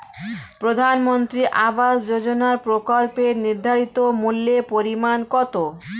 প্রধানমন্ত্রী আবাস যোজনার প্রকল্পের নির্ধারিত মূল্যে পরিমাণ কত?